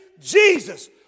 Jesus